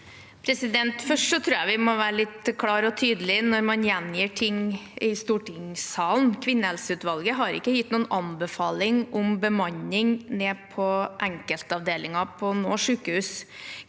Først tror jeg man må være litt klar og tydelig når man gjengir ting i stortingssalen. Kvinnehelseutvalget har ikke gitt noen anbefaling om bemanning på enkeltavdelinger på noe sykehus.